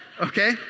okay